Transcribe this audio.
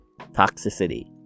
Toxicity